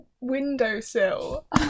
windowsill